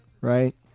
right